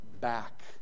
back